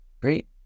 Great